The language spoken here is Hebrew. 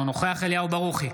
אינו נוכח אליהו ברוכי,